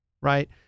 right